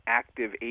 active